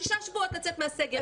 שישה שבועות לצאת מהסגר.